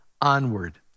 Onward